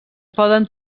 poden